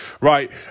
Right